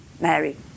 Mary